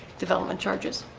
development charges